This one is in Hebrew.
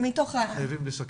חייבים לסכם.